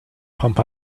pump